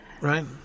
right